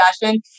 fashion